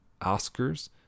Oscars